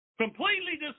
Completely